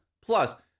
Plus